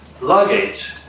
luggage